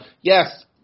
yes